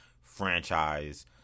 franchise